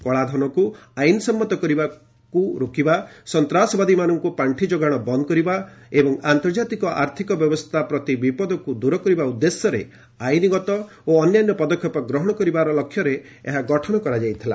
କଳାଧନକୁ ଆଇନ୍ ସମ୍ମତ କରିବାକୁ ରୋକିବା ସନ୍ତାସବାଦୀମାନଙ୍କୁ ପାର୍ଷି ଯୋଗାଣ ବନ୍ଦ କରିବା ଓ ଆନ୍ତର୍ଜାତିକ ଆର୍ଥିକ ବ୍ୟବସ୍ଥା ପ୍ରତି ବିପଦକୁ ଦୂର କରିବା ଉଦ୍ଦେଶ୍ୟରେ ଆଇନଗତ ଓ ଅନ୍ୟାନ୍ୟ ପଦକ୍ଷେପ ଗ୍ରହଣ କରିବାର ଲକ୍ଷ୍ୟରେ ଏହାର ଗଠନ କରାଯାଇଥିଲା